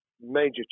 major